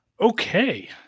Okay